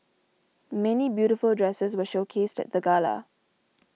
many beautiful dresses were showcased at the gala